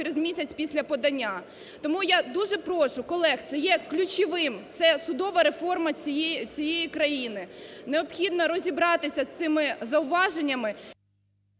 через місяць після подання. Тому я дуже прошу колег, це є ключовим, це судова реформа цієї країни. Необхідно розібратися з цими зауваженнями…